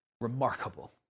Remarkable